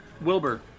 Wilbur